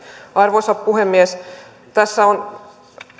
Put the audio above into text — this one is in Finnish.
arvoisa puhemies tässä on